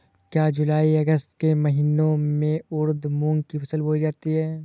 क्या जूलाई अगस्त के महीने में उर्द मूंग की फसल बोई जाती है?